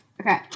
Okay